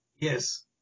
Yes